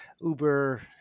Uber